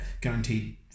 guaranteed